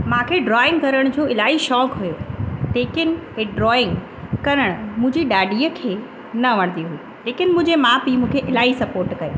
मांखे ड्रॉइंग करण जो इलाही शौक़ु हुओ लेकिनि इहो ड्रॉइंग करण मुंहिंजी ॾाॾीअ खे न वणंदी हुई लेकिनि मुंहिंजे माउ पीउ मांखे इलाही सपोट कयो